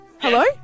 Hello